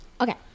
okay